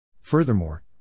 Furthermore